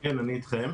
כן, אני אתכם.